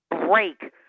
break